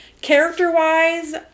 Character-wise